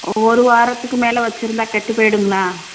ஒரு வாரத்துக்கு மேலே வச்சிருந்தா கெட்டுப் போய்டுங்களா